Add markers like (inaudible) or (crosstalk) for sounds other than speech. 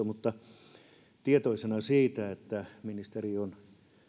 (unintelligible) mutta olen tietoinen siitä että ministeri on